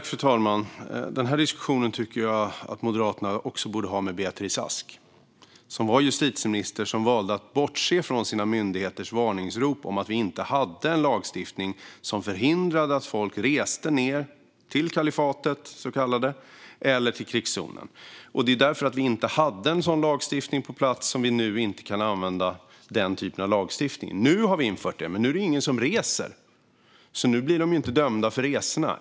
Fru talman! Den här diskussionen tycker jag att Moderaterna också borde ha med Beatrice Ask. Hon var justitieminister och valde att bortse från myndigheternas varningsrop om att vi inte hade en lagstiftning som förhindrade att folk reste ned till det så kallade kalifatet eller till krigszonen. Det är därför att vi inte hade en sådan lagstiftning på plats som vi nu inte kan använda den typen av lagstiftning. Nu har vi infört det. Nu är det dock ingen som reser, så nu blir de ju inte dömda för resorna.